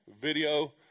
video